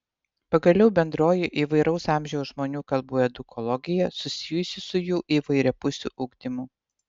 pagaliau bendroji įvairaus amžiaus žmonių kalbų edukologija susijusi su jų įvairiapusiu ugdymu